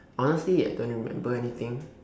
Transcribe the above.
honestly I don't remember anything